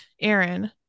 Aaron